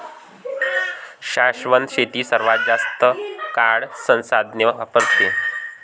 शाश्वत शेती सर्वात जास्त काळ संसाधने वापरते